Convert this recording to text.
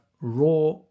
raw